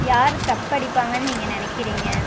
யார் கப் அடிப்பாங்கன்னு நீங்கள் நினைக்கிறீங்க